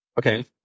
okay